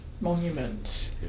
monument